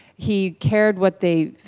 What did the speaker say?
he cared what they,